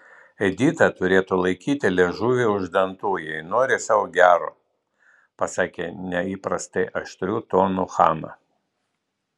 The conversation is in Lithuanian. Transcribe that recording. edita turėtų laikyti liežuvį už dantų jei nori sau gero pasakė neįprastai aštriu tonu hana